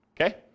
Okay